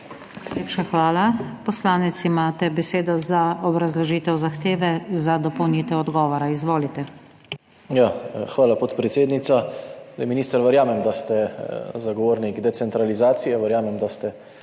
Najlepša hvala. Poslanec, imate besedo za obrazložitev zahteve za dopolnitev odgovora. Izvolite. **ŽAN MAHNIČ (PS SDS):** Hvala, podpredsednica. Minister, verjamem, da ste zagovornik decentralizacije,